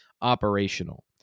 operational